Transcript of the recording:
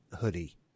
hoodie